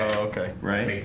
okay, right